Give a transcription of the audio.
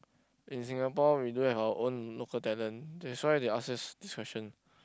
in Singapore we do have our own local talent that's why they ask us this question